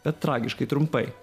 bet tragiškai trumpai